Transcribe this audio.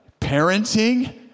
parenting